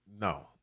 No